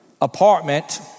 apartment